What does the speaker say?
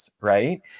right